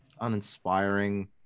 uninspiring